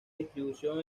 distribución